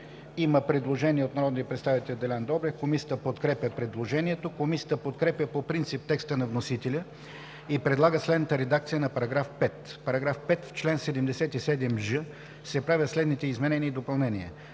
има предложение от народния представител Делян Добрев. Комисията подкрепя предложението. Комисията подкрепя по принцип текста на вносителя и предлага следната редакция на § 15, който става § 17: „§ 17. В чл. 100а се правят следните изменения и допълнения: